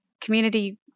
community